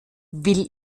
will